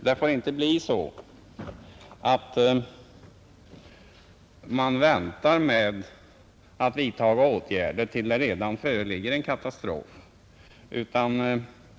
Det får inte bli så, att man väntar med att vidta åtgärder tills det redan inträffat en katastrof.